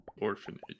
Orphanage